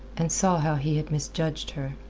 and saw how he had misjudged her.